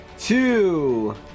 Two